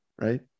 right